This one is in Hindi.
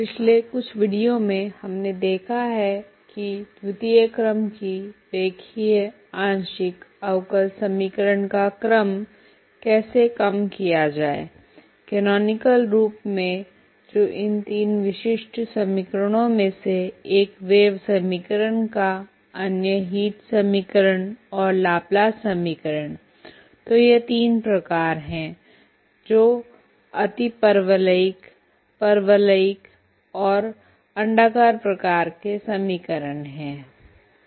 पिछले कुछ वीडियो में हमने देखा है कि द्वतीय क्रम की रेखीय आंशिक अवकल समीकरण का क्रम कैसे कम किया जाए केनोनिकल रूप में जो इन तीन विशिष्ट समीकरणों में से एक वेव समीकरण एक अन्य हीट समीकरण और लाप्लास समीकरण तो यह तीन प्रकार हैं जो अतिपरवलयिक परवलयिक और अण्डाकार प्रकार के समीकरण हैं